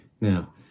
Now